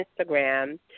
Instagram